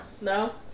No